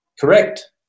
correct